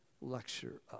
lecture